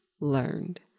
learned